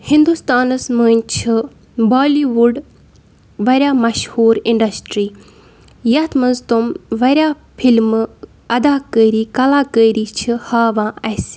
ہِندوستانَس منٛز چھِ بالیٖوُڈ واریاہ مَشہوٗر اِنڈَسٹرٛی یَتھ منٛز تٕم واریاہ فِلمہٕ اَدا کٲری کَلاکٲری چھِ ہاوان اَسہِ